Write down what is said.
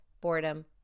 boredom